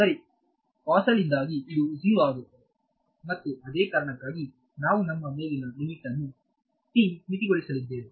ಸರಿ ಕಾಸೆಲ್ ಯಿಂದಾಗಿ ಇದು 0 ಆಗುತ್ತದೆ ಮತ್ತು ಅದೇ ಕಾರಣಕ್ಕಾಗಿ ನಾವು ನಮ್ಮ ಮೇಲಿನ ಲಿಮಿಟ್ ಅನ್ನು t ಮಿತಿಗೊಳಿಸಲಿದ್ದೇವೆ